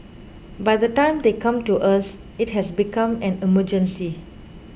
by the time they come to us it has become an emergency